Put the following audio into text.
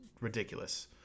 ridiculous